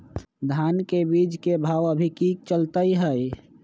धान के बीज के भाव अभी की चलतई हई?